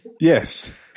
Yes